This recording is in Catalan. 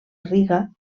riga